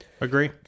agree